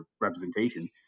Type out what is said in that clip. representation